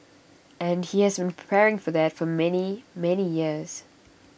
and he has preparing for that for many many years